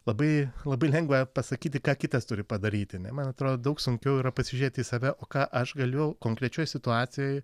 labai labai lengva pasakyti ką kitas turi padaryti ne man atrodo daug sunkiau yra pasižiūrėti į save o ką aš galiu konkrečioj situacijoj